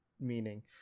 meaning